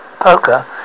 Poker